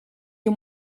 you